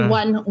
one